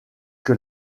que